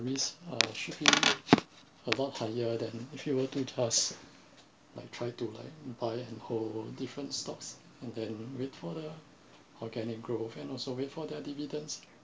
risk uh should be a lot higher than if you were to just like try to like buy and hold different stocks and then wait for the organic growth and also wait for their dividends